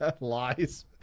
Lies